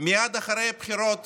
מייד אחרי הבחירות